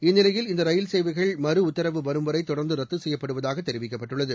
இந்நிலையில் இந்த ரயில்சேவைகள் மறுஉத்தரவு வரும்வரை தொடர்ந்து ரத்து செய்யப்படுவதாக தெரிவிக்கப்பட்டுள்ளது